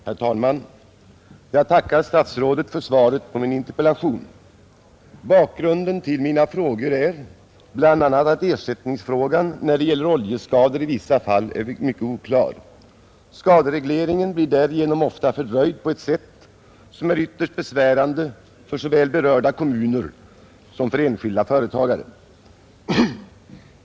Herr talman! Jag tackar statsrådet för svaret på min interpellation. Bakgrunden till mina frågor är bl.a. att ersättningsfrågan när det gäller oljeskador i vissa fall är mycket oklar. Skaderegleringen blir därigenom ofta fördröjd på ett sätt som är ytterst besvärande såväl för berörda kommuner som för enskilda företagare.